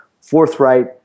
forthright